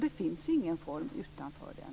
Det finns ingen form utanför den.